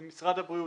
זה משרד הבריאות,